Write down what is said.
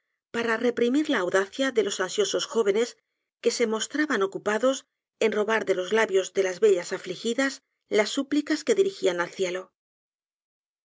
para reprimir la audacia de los ansiosos jóvenes que se mostraban ocupados en robar de los labios de las bellas afligidas las súplicas que dirigían al cielo